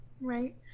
right